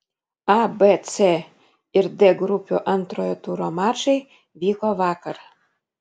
a b c ir d grupių antrojo turo mačai vyko vakar